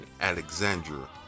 Alexandra